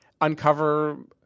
uncover